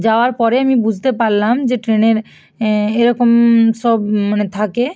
যাওয়ার পরে আমি বুঝতে পারলাম যে ট্রেনের এরকম সব মানে থাকে